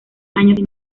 año